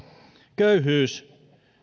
köyhyys